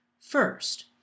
First